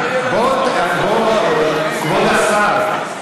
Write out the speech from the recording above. כבוד השר,